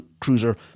Cruiser